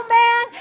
man